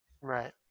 Right